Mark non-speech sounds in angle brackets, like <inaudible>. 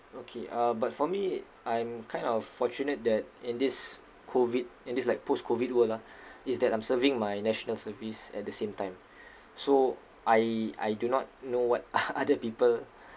okay uh but for me I'm kind of fortunate that in this COVID in this like post-COVID world ah is that I'm serving my national service at the same time so I I do not know what <laughs> other people